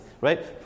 right